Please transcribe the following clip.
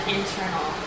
internal